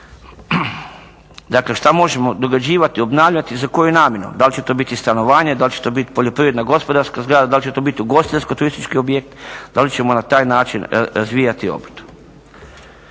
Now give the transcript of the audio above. Dakle, što možemo dograđivati, obnavljati i za koju namjenu? Da li će to biti stanovanje, da li će to biti poljoprivredna gospodarska zgrada, da li će to biti ugostiteljsko-turistički objekt, da li ćemo na taj način razvijati obrt?